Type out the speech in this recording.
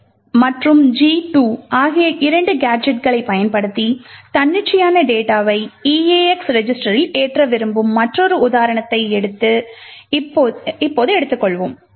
G1 மற்றும் G2 ஆகிய இரண்டு கேஜெட்களைப் பயன்படுத்தி தன்னிச்சையான டேட்டா வை eax ரெஜிஸ்டரில் ஏற்ற விரும்பும் மற்றொரு உதாரணத்தை இப்போது எடுத்துக்கொள்வோம்